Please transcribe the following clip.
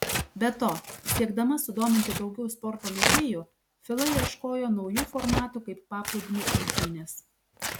be to siekdama sudominti daugiau sporto mėgėjų fila ieškojo naujų formatų kaip paplūdimio imtynės